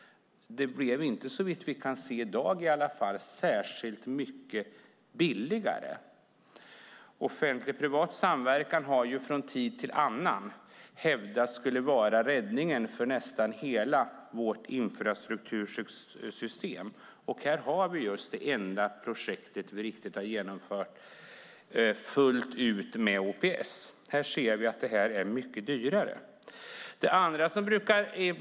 Det blev, såvitt vi kan se i dag, inte särskilt mycket billigare. Offentlig-privat samverkan har från tid till annan hävdats vara räddningen för hela vårt infrastruktursystem. Det här är det enda projekt som vi fullt ut har genomfört med OPS. Vi ser att det är mycket dyrare.